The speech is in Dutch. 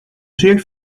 zeer